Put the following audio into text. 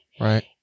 right